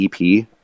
EP